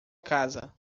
casa